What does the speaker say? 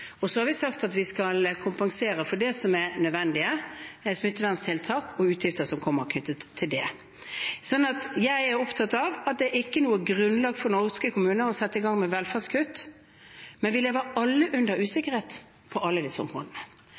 Så har vi sagt at vi skal kompensere for nødvendige smitteverntiltak og utgifter som kommer knyttet til det. Jeg er opptatt av at det ikke er noe grunnlag for norske kommuner for å sette i gang med velferdskutt, men vi lever alle under usikkerhet på alle disse områdene.